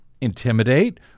Intimidate